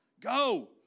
Go